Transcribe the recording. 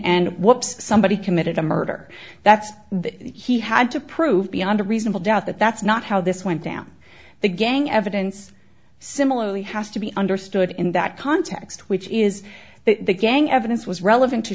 and what somebody committed a murder that's the he had to prove beyond a reasonable doubt that that's not how this went down the gang evidence similarly has to be understood in that context which is that the gang evidence was relevant to